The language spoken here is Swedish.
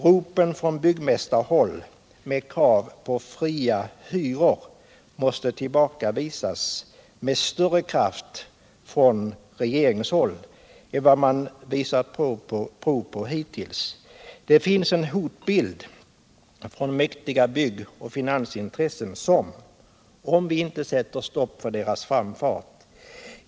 Ropet från byggmistarhåll med krav på fria hyror måste tillbakavisas av regeringen med större kraft än vad man visat prov på hitulls. Det finns med i bilden också ett hot från mäktiga bygg och finansintresen som, om vi inte sätter stopp för deras framfart.